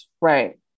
right